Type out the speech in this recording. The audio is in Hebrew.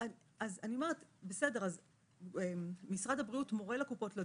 משרד הבריאות מורה לקופות לדון,